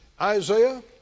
Isaiah